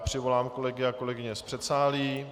Přivolám kolegy a kolegyně z předsálí.